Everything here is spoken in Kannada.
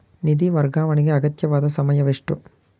ನಿಧಿ ವರ್ಗಾವಣೆಗೆ ಅಗತ್ಯವಾದ ಸಮಯವೆಷ್ಟು?